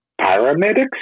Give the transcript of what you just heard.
Paramedics